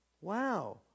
wow